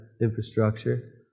infrastructure